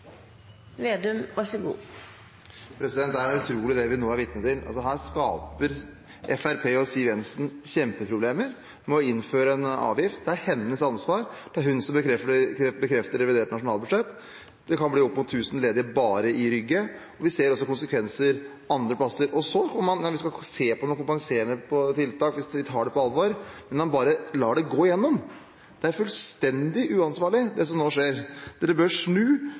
utrolig det vi nå er vitne til. Her skaper Fremskrittspartiet og Siv Jensen kjempeproblemer ved å innføre en avgift. Det er hennes ansvar. Det er hun som bekrefter revidert nasjonalbudsjett. Det kan bli opp mot tusen ledige bare i Rygge. Vi ser også konsekvenser andre steder. Man skal se på kompenserende tiltak – hvis man tar det på alvor – men man lar det bare gå igjennom. Det er fullstendig uansvarlig, det som nå skjer. Man bør snu